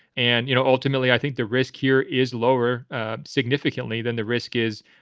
and, you know, ultimately, i think the risk here is lower significantly than the risk is,